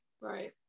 Right